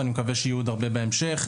ואני מקווה שיהיו עוד הרבה בהמשך.